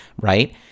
right